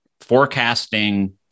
forecasting